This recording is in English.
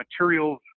materials